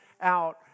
out